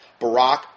Barack